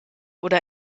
oder